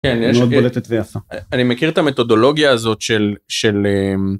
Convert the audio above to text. אני מכיר את המתודולוגיה הזאת של.